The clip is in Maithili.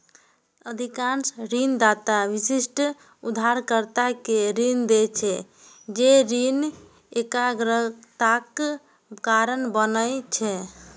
अधिकांश ऋणदाता विशिष्ट उधारकर्ता कें ऋण दै छै, जे ऋण एकाग्रताक कारण बनै छै